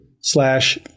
slash